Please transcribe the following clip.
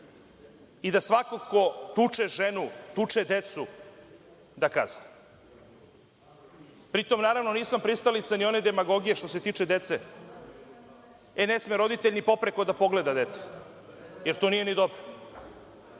i da svako ko tuče ženu, tuče decu, da kazni. Pri tom, naravno, nisam pristalica ni one demagogije, što se tiče dece – e, ne sme roditelj ni popreko da pogleda dete, jer to nije ni dobro.